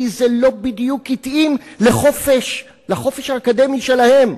כי זה לא בדיוק התאים לחופש האקדמי שלהן,